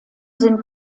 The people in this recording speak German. sind